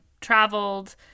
traveled